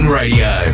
Radio